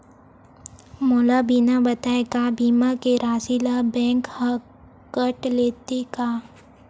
मोला बिना बताय का बीमा के राशि ला बैंक हा कत लेते का?